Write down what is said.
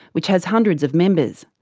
which has hundreds of members.